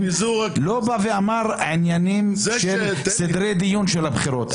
לא בא ואמר: עניינים של סדרי דיון של בחירות,